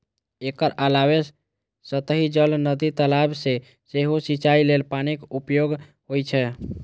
एकर अलावे सतही जल, नदी, तालाब सं सेहो सिंचाइ लेल पानिक उपयोग होइ छै